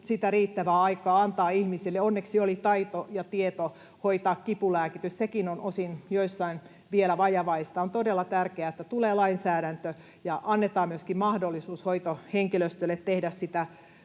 ollut riittävää aikaa antaa ihmisille, niin onneksi oli taito ja tieto hoitaa kipulääkitys. Sekin on osin jossain vielä vajavaista. On todella tärkeää, että tulee lainsäädäntö ja annetaan myöskin mahdollisuus hoitohenkilöstölle tehdä sitä